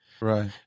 right